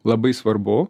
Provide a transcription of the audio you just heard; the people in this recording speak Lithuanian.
labai svarbu